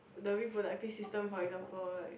the reproductive system for example